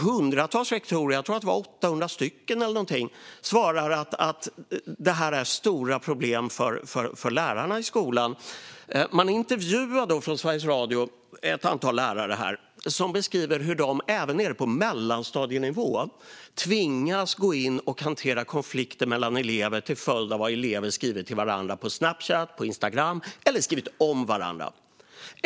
Hundratals rektorer - jag tror att det var 800 eller någonting - svarade att det skapar stora problem för lärarna i skolan. Sveriges Radio intervjuade då ett antal lärare, och de beskrev hur de även nere på mellanstadienivå tvingas gå in och hantera konflikter mellan elever till följd av vad elever skriver till eller om varandra på Snapchat och Instagram.